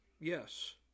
Yes